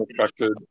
affected